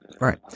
Right